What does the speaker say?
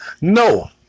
No